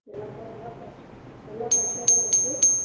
எல்லாப்பா எல்லாம் ஃப்ரெஷ் எல்லாம் ஃப்ரெஷ்ஷாக தானே இருக்குது